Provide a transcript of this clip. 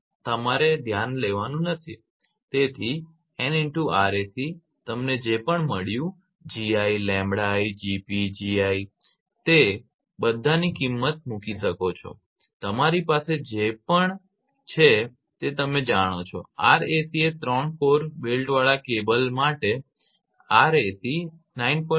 તેથી 𝑛×𝑅𝑎𝑐 તમને જે પણ મળ્યું 𝐺𝑖 𝜆𝑖 𝐺𝑝 𝐺𝑖 તમે બધાની અહીં કિંમત મૂકી શકો છો તમારી પાસે જે પણ છે તે તમે જાણો છો 𝑅𝑎𝑐 એ 3 કોર બેલ્ટવાળા કેબલ માટે 𝑅𝑎𝑐 9